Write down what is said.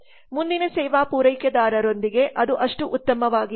ಮುಂದಿನ ಸೇವಾ ಪೂರೈಕೆದಾರರೊಂದಿಗೆ ಅದು ಅಷ್ಟು ಉತ್ತಮವಾಗಿಲ್ಲ